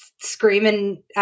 screaming